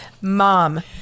Mom